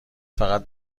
فقط